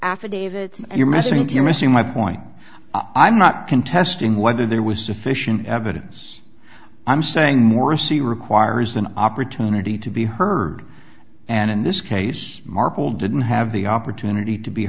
affidavits you're messing with you're missing my point i'm not contesting whether there was sufficient evidence i'm saying morrissey requires an opportunity to be heard and in this case marple didn't have the opportunity to be